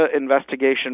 investigation